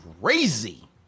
Crazy